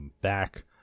back